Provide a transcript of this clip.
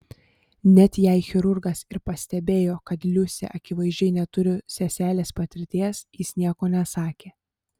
net jei chirurgas ir pastebėjo kad liusė akivaizdžiai neturi seselės patirties jis nieko nesakė